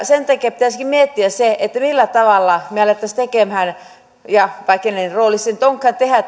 sen takia pitäisikin miettiä millä tavalla me alkaisimme tekemään vai kenen rooli se nyt onkaan tehdä